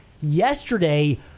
yesterday